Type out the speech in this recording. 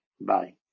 Bye